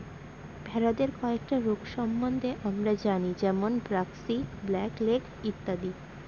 ভেড়াদের কয়েকটা রোগ সম্বন্ধে আমরা জানি যেমন ব্র্যাক্সি, ব্ল্যাক লেগ ইত্যাদি